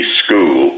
school